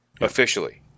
officially